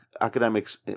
academics